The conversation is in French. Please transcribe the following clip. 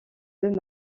deux